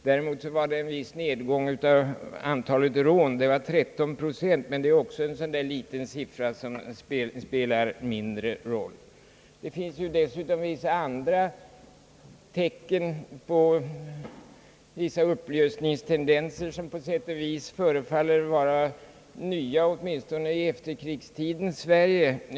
Däremot var det en viss nedgång av antalet rån, som utgjorde 13 procent, men det är också en sådan där liten siffra som spelar mindre roll. Det finns dessutom vissa andra tecken på upplösningstendenser som på sätt och vis förefaller vara nya åtminstone i efterkrigstidens Sverige.